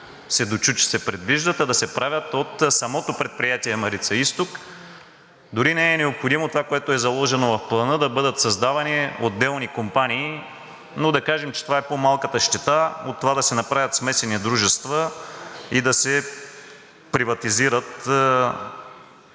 се дочу, че се предвиждат, а да се правят от самото предприятие „Марица изток“. Дори не е необходимо това, което е заложено в Плана, да бъдат създавани отделни компании, но да кажем, че това е по малката щета от това да се направят смесени дружества и да се приватизират